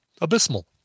abysmal